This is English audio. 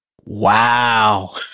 wow